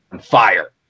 fire